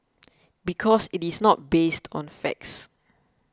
because it is not based on facts